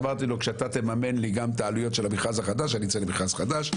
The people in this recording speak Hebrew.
אמרתי לו כשאתה תממן לי גם את העלויות של המכרז החדש אני אצא למכרז חדש.